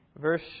verse